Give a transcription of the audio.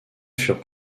furent